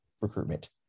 Recruitment